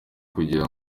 kugira